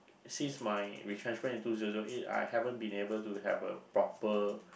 since my retrenchment in two zero zero eight I haven't been able to have a proper